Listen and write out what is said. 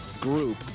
group